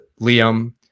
Liam